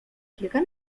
kilka